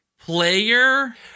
player